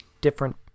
different